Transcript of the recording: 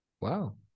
wow